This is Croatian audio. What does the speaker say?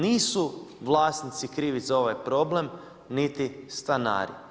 Nisu vlasnici krivi za ovaj problem niti stanari.